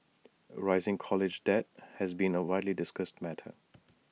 rising college debt has been A widely discussed matter